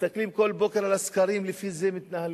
מסתכלים כל בוקר על הסקרים ולפי זה מתנהלים.